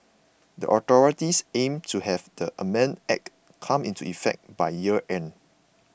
the authorities aim to have the amended Act come into effect by year end